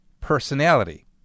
personality